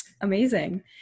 Amazing